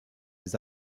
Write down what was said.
des